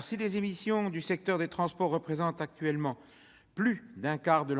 Si les émissions du secteur des transports représentent actuellement plus d'un quart de